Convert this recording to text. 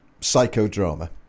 psychodrama